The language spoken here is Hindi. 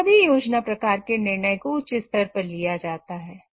इन सभी योजना प्रकार के निर्णय को उच्च स्तर पर लिया जाता है